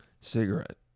Cigarette